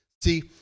See